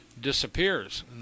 disappears